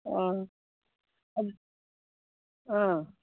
ꯑꯥ ꯑꯗꯨ ꯑꯥ